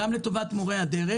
גם לטובת מורי הדרך.